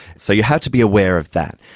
so you have to be aware of that.